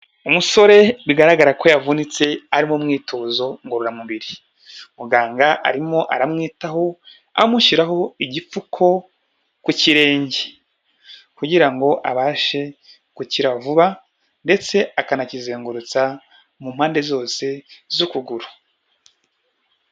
Umusore bigaragara ko yavunitse ari mu mwitozo ngororamubiri. Muganga arimo aramwitaho amushyiraho igipfuko ku kirenge kugira ngo abashe gukira vuba, ndetse akanakizengurutsa mu mpande zose z'ukuguru.